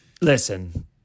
listen